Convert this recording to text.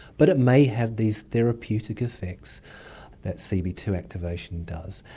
but it may have these therapeutic effects that c b two activation does,